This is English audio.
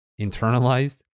internalized